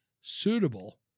suitable